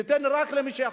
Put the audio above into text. ניתן רק למי שיכול.